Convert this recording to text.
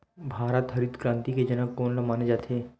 भारत मा हरित क्रांति के जनक कोन ला माने जाथे?